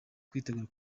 kwitegura